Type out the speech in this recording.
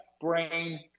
brain